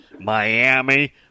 Miami